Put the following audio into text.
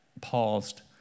paused